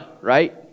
right